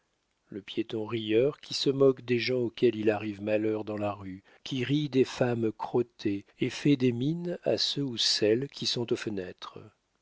le piéton rieur qui se moque des gens auxquels il arrive malheur dans la rue qui rit des femmes crottées et fait des mines à ceux ou celles qui sont aux fenêtres